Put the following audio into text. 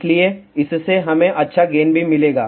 इसलिए इससे हमें अच्छा गेन भी मिलेगा